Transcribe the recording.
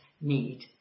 need